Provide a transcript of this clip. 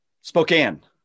Spokane